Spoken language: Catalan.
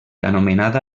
anomenada